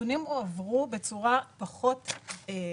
הנתונים הועברו בצורה פחות און-ליין.